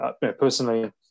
Personally